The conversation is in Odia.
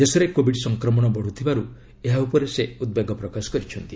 ଦେଶରେ କୋବିଡ୍ ସଂକ୍ରମଣ ବଢ଼ୁଥିବାରୁ ଏହା ଉପରେ ସେ ଉଦ୍ବେଗ ପ୍ରକାଶ କରିଛନ୍ତି